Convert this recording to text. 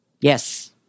Yes